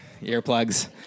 earplugs